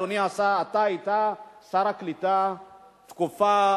אדוני, אתה היית שר הקליטה תקופה